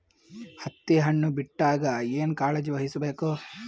ಹತ್ತಿ ಹಣ್ಣು ಬಿಟ್ಟಾಗ ಏನ ಕಾಳಜಿ ವಹಿಸ ಬೇಕು?